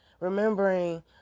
Remembering